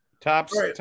Tops